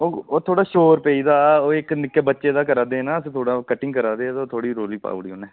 ओह् थोह्ड़ा शोर पेई दा हा ओह् निक्के बच्चे करा दे ना तां ओह् थोह्ड़ी कटिंग करा दे हे थोह्ड़ी रौली पाई ओड़ी उ'न्ने